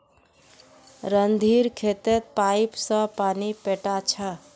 रणधीर खेतत पाईप स पानी पैटा छ